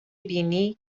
بینی